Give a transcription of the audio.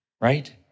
Right